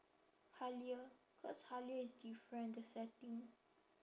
Halia cause Halia is different the setting